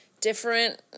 different